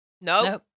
No